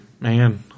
Man